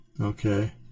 Okay